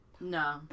no